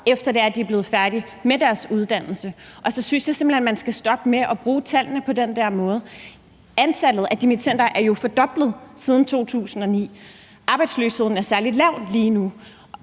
efter at de er blevet færdige med deres uddannelse. Og så synes jeg simpelt hen, at man skal stoppe med at bruge tallene på den der måde. Antallet af dimittender er jo fordoblet siden 2009. Arbejdsløsheden er særlig lav lige nu.